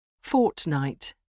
Fortnight